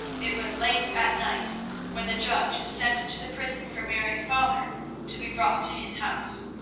it was late at night when the judge sent to the prison for mary's father to be brought to his house.